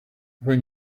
when